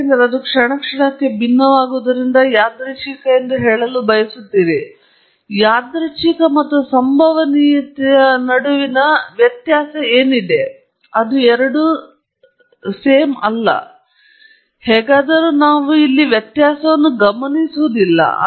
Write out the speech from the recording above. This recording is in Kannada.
ಯಾದೃಚ್ಛಿಕ ಮತ್ತು ಸಂಭವನೀಯತೆಯ ನಡುವಿನ ಸೂಟ್ ವ್ಯತ್ಯಾಸವಿದೆ ಹೇಗಾದರೂ ನಾವು ಇಲ್ಲಿ ವ್ಯತ್ಯಾಸವನ್ನು ಗಮನಿಸುವುದಿಲ್ಲ